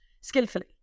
skillfully